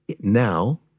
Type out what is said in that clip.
now